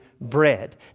bread